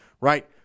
right